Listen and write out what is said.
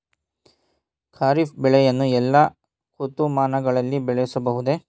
ಖಾರಿಫ್ ಬೆಳೆಯನ್ನು ಎಲ್ಲಾ ಋತುಮಾನಗಳಲ್ಲಿ ಬೆಳೆಯಬಹುದೇ?